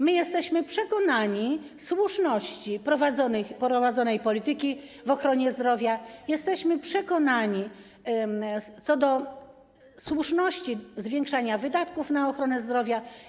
My jesteśmy przekonani co do słuszności prowadzonej polityki w ochronie zdrowia, jesteśmy przekonani co do słuszności zwiększania wydatków na ochronę zdrowia.